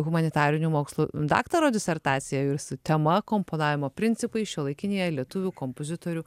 humanitarinių mokslų daktaro disertacija jau ir tema komponavimo principai šiuolaikinėje lietuvių kompozitorių